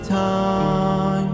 time